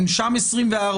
הם שם 24/7,